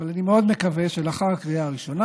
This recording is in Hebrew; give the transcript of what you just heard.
אבל אני מאוד מקווה שלאחר הקריאה הראשונה